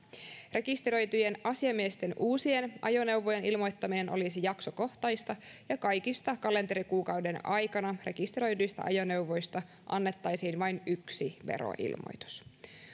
rekisteröityjen asiamiesten uusien ajoneuvojen ilmoittaminen olisi jaksokohtaista ja kaikista kalenterikuukauden aikana rekisteröidyistä ajoneuvoista annettaisiin vain yksi veroilmoitus